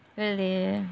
really